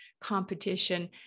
competition